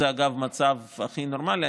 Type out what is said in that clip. אגב, האם זה מצב הכי נורמלי?